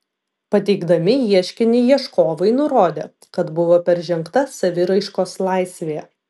pateikdami ieškinį ieškovai nurodė kad buvo peržengta saviraiškos laisvė